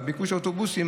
והביקוש לאוטובוסים,